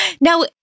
Now